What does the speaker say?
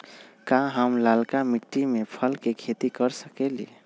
का हम लालका मिट्टी में फल के खेती कर सकेली?